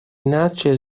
иначе